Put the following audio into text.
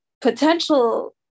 potential